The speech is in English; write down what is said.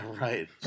right